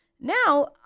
now